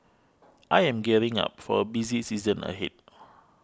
I am gearing up for a busy season ahead